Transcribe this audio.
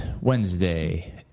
Wednesday